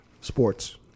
sports